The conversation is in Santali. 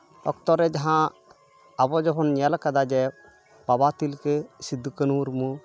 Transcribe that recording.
ᱚᱠᱛᱚ ᱨᱮ ᱡᱟᱦᱟᱸ ᱟᱵᱚ ᱡᱮᱵᱚᱱ ᱧᱮᱞᱟᱠᱟᱫᱟ ᱡᱮ ᱵᱟᱵᱟ ᱛᱤᱞᱠᱟᱹ ᱥᱤᱫᱩ ᱠᱟᱱᱩ ᱢᱩᱨᱢᱩ